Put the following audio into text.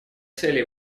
целей